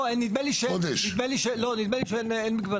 לא, נדמה לי שאין מגבלה.